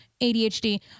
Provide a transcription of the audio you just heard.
ADHD